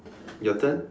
your turn